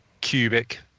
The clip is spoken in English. cubic